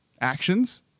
actions